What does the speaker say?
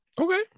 Okay